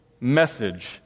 message